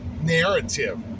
narrative